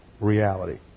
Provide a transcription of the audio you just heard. reality